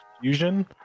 fusion